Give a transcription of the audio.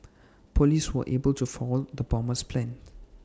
Police were able to foil the bomber's plans